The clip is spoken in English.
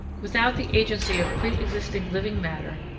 without the agency of pre-existing living matter,